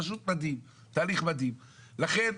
לכן,